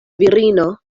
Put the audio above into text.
virino